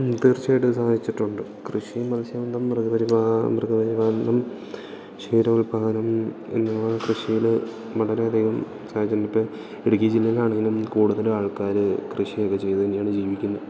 ഉം തീർച്ചയായിട്ടും സഹായിച്ചിട്ടുണ്ട് കൃഷി മത്സ്യബന്ധം മൃഗപരിപാലനം ക്ഷീരോത്പാദനം എന്നിവ കൃഷിയിൽ വളരെയധികം സഹായിച്ചിട്ടുണ്ട് ഇപ്പം ഇടുക്കി ജില്ലയിലാണെങ്കിലും കൂടുതലും ആൾക്കാർ കൃഷിയൊക്കെ ചെയ്ത് തന്നെയാണ് ജീവിക്കുന്നത്